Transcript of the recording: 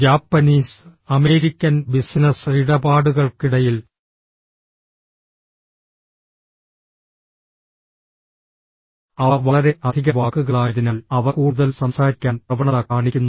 Japanese American business ഇടപാടുകൾക്കിടയിൽ അവ വളരെ അധിക വാക്കുകളായതിനാൽ അവ കൂടുതൽ സംസാരിക്കാൻ പ്രവണത കാണിക്കുന്നു